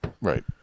Right